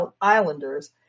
Islanders